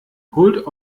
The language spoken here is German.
holt